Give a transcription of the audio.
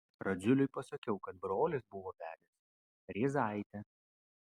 radziuliui pasakiau kad brolis buvo vedęs rėzaitę